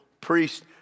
priest